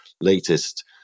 latest